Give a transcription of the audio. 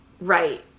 Right